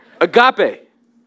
Agape